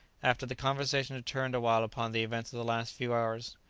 after the conversation had turned awhile upon the events of the last few hours,